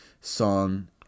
Son